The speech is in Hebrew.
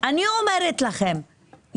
אני אומרת לכם,